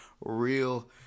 Real